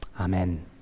Amen